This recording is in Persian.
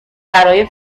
برای